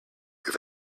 have